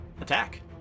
attack